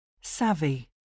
Savvy